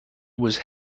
was